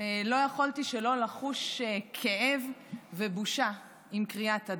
לא יכולתי שלא לחוש כאב ובושה עם קריאת הדוח.